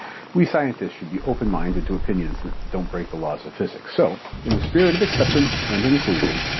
we scientists should be open-minded to opinions that don't break the laws of physics. so, in the spirit of acceptance and inclusion,